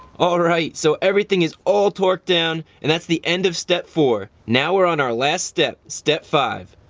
alright, so everything is all torqued down, and that's the end of step four. now we're on our last step step five.